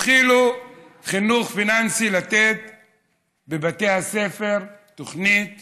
התחילו לתת בבתי הספר תוכנית